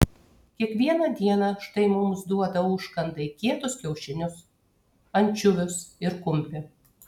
kiekvieną dieną štai mums duoda užkandai kietus kiaušinius ančiuvius ir kumpį